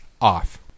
off